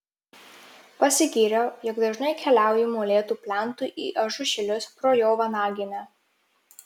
pasigyriau jog dažnai keliauju molėtų plentu į ažušilius pro jo vanaginę